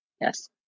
Yes